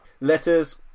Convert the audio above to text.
Letters